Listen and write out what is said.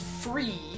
free